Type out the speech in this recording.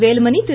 Velumani Thiru